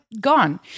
gone